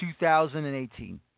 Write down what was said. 2018